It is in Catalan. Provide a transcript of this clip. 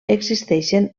existeixen